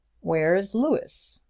where is louis?